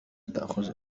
تأخذ